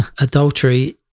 Adultery